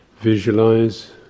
visualize